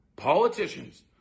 Politicians